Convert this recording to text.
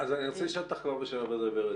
אז אני רוצה לשאול אותך כבר בשלב הזה, ורד.